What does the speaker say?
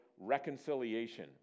reconciliation